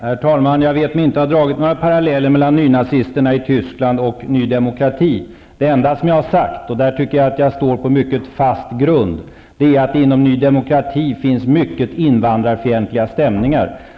Herr talman! Jag vet mig inte ha dragit några paralleller mellan nynazisterna i Tyskland och Ny Demokrati. Det enda jag har sagt -- och där tycker jag att jag står på mycket fast grund -- är att det inom Ny Demokrati finns mycket invandrarfientliga stämningar.